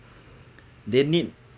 they need